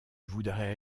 voudrais